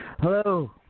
Hello